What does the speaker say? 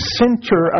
center